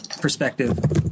perspective